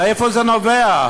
מאיפה זה נובע,